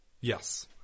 Yes